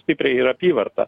stipriai ir apyvarta